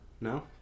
No